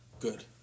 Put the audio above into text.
good